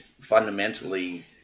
fundamentally